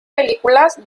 películas